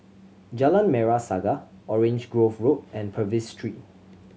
Jalan Merah Saga Orange Grove Road and Purvis Street